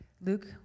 Luke